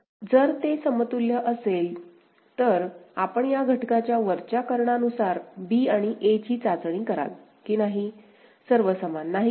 जर ते समतुल्य असेल तर आपण या घटकाच्या वरच्या कर्णानुसार b आणि a चाचणी कराल की नाही सर्व समान नाही का